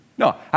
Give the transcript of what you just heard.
No